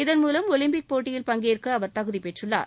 இதன் மூலம் ஒலிம்பிக் போட்டியில் பங்கேற்க அவர் தகுதிப் பெற்றுள்ளார்